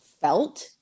felt